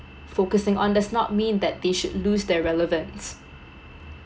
focusing on does not mean that they should loose their relevance